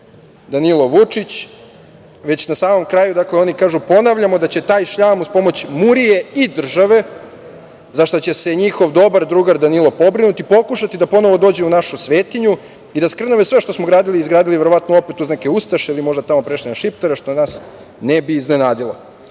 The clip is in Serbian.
Danilo Vučić, već na samom kraju oni kažu – ponavljamo da će taj šljam uz pomoć murije i države, za šta će se njihov dobar drugar Danilo pobrinuti, pokušati da ponovo dođu u našu svetinju i da skrnave sve što smo gradili i izgradili verovatno opet uz neke ustaše ili možda su tamo prešli na šiptare, što nas ne bi iznenadilo. Koliko